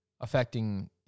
affecting